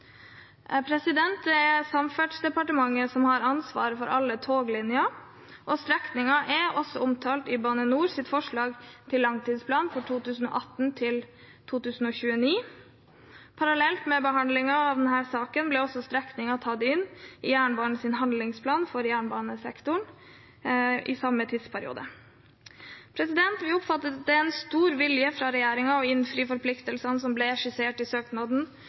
Det er Samferdselsdepartementet som har ansvaret for alle toglinjer, og strekningen er også omtalt i Bane NORs forslag til langtidsplan 2018–2029. Parallelt med behandlingen av denne saken ble også strekningen tatt inn i jernbanens handlingsplan for jernbanesektoren i samme tidsperiode. Vi oppfatter at det er stor vilje fra regjeringen til å innfri forpliktelsene som ble skissert i søknaden